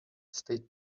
state